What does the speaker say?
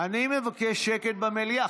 אני מבקש שקט במליאה.